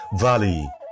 valley